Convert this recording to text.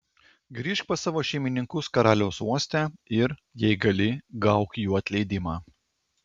grįžk pas savo šeimininkus karaliaus uoste ir jei gali gauk jų atleidimą